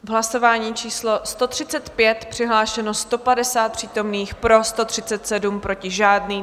V hlasování číslo 135 přihlášeno 150 přítomných, pro 137, proti žádný.